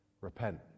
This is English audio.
repent